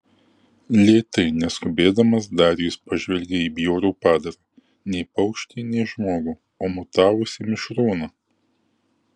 lėtai neskubėdamas darijus pažvelgė į bjaurų padarą nei paukštį nei žmogų o mutavusį mišrūną